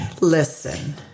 Listen